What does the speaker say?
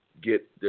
get